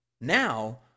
Now